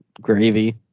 gravy